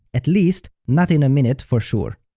at least not in a minute for sure.